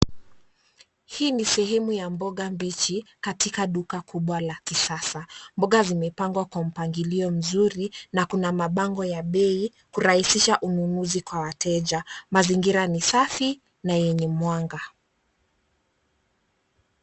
Hii ni sehemu ya mboga mbichi katika duka kubwa la kisasa. Mboga zimepangwa kwa mpangilio mzuri na kuna mabango ya bei kurahisisha ununuzi kwa wateja. Mazingira ni safi na yenye mwanga.